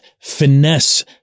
finesse